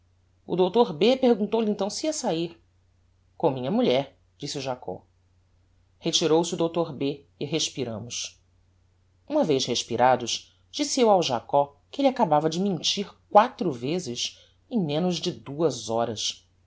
o dr b pergutou lhe então se ia sair com minha mulher disse o jacob retirou-se o dr b e respiramos uma vez respirados disse eu ao jacob que elle acabava de mentir quatro vezes em menos de duas horas